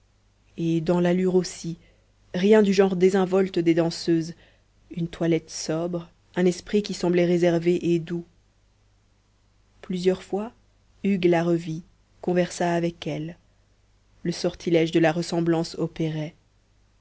et dans l'allure aussi rien du genre désinvolte des danseuses une toilette sobre un esprit qui semblait réservé et doux plusieurs fois hugues la revit conversa avec elle le sortilège de la ressemblance opérait